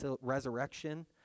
resurrection